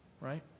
right